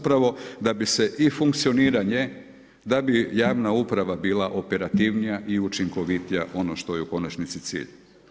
Upravo da bi se i funkcioniranje, da bi javna uprava bila operativnija i učinkovitija, ono što je u konačnici cilj.